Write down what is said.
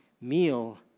meal